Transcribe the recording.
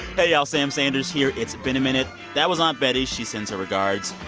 hey, y'all. sam sanders here, it's been a minute. that was aunt betty. she sends her regards.